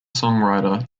songwriter